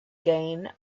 gain